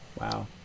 Wow